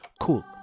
cool